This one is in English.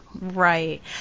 Right